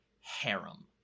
harem